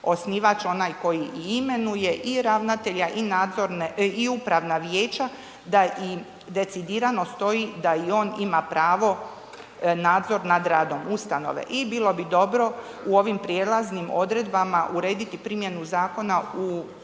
onaj koji i imenuje i ravnatelja i upravna vijeća da i decidirano stoji da i on ima pravo nadzora nad radom ustanove i bilo bi dobro u ovim prijelaznim odredbama urediti primjenu zakona u